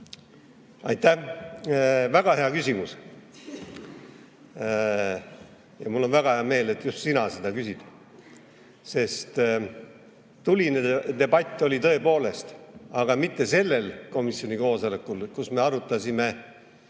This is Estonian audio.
Aitäh! Väga hea küsimus. Ja mul on väga hea meel, et just sina seda küsid. Tuline debatt oli tõepoolest, aga mitte sellel komisjoni koosolekul, kus me arutasime,